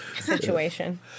situation